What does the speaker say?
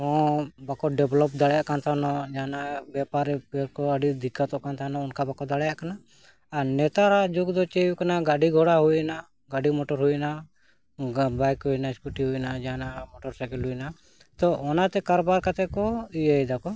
ᱦᱚᱸ ᱵᱟᱠᱚ ᱰᱮᱵᱷᱞᱚᱯ ᱫᱟᱲᱮᱭᱟᱜ ᱠᱟᱱ ᱛᱟᱦᱮᱱᱟ ᱡᱟᱦᱟᱱᱟᱜ ᱵᱮᱯᱟᱨ ᱠᱚ ᱟᱹᱰᱤ ᱫᱤᱠᱟᱛᱚᱜ ᱠᱟᱱ ᱛᱟᱦᱮᱱᱚᱜᱼᱟ ᱚᱱᱠᱟ ᱵᱟᱠᱚ ᱫᱟᱲᱮᱭᱟᱜ ᱠᱟᱱᱟ ᱟᱨ ᱱᱮᱛᱟᱨᱟᱜ ᱡᱩᱜᱽ ᱫᱚ ᱪᱮᱫ ᱦᱩᱭᱩᱜ ᱠᱟᱱᱟ ᱜᱟᱹᱰᱤ ᱜᱷᱚᱲᱟ ᱦᱩᱭᱱᱟ ᱜᱟᱹᱰᱤ ᱢᱚᱴᱚᱨ ᱦᱩᱭᱱᱟ ᱵᱟᱭᱤᱠ ᱦᱩᱭᱱᱟ ᱥᱠᱩᱴᱤ ᱦᱩᱭᱱᱟ ᱡᱟᱦᱟᱱᱟᱜ ᱢᱚᱴᱚᱨ ᱥᱟᱭᱠᱮᱞ ᱦᱩᱭᱱᱟ ᱛᱚ ᱚᱱᱟᱛᱮ ᱠᱟᱨᱵᱟᱨ ᱠᱟᱛᱮ ᱠᱚ ᱤᱭᱟᱹᱭ ᱫᱟᱠᱚ